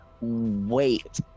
wait